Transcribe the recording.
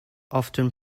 often